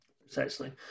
Precisely